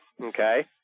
Okay